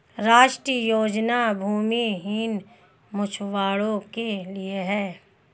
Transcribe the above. राष्ट्रीय योजना भूमिहीन मछुवारो के लिए है